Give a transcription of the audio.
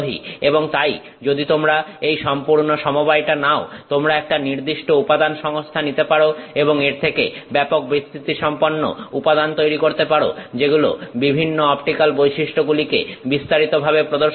এবং তাই যদি তোমরা এই সম্পূর্ণ সমবায়টা নাও তোমরা একটা নির্দিষ্ট উপাদান সংস্থা নিতে পারো এবং এর থেকে ব্যাপক বিস্তৃতি সম্পন্ন উপাদান তৈরি করতে পারো যেগুলো বিভিন্ন অপটিক্যাল বৈশিষ্ট্যগুলিকে বিস্তারিতভাবে প্রদর্শন করবে